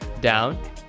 down